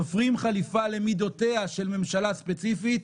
תופרים חליפה למידותיה של ממשלה ספציפית,